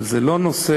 אבל זה לא נושא.